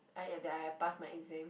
I that I pass my exam